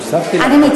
אני הוספתי לך דקה.